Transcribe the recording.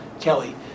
Kelly